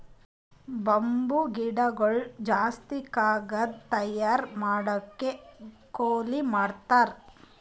bamboo ಗಿಡಗೊಳ್ ಜಾಸ್ತಿ ಕಾಗದ್ ತಯಾರ್ ಮಾಡ್ಲಕ್ಕೆ ಕೊಯ್ಲಿ ಮಾಡ್ತಾರ್